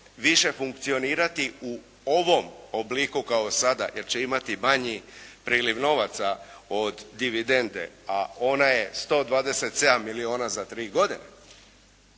više funkcionirati u ovom obliku kao sada jer će imati manji priliv novaca od dividende, a ona je 127 milijuna za 3 godine.